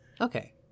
Okay